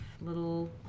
little